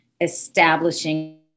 establishing